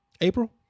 April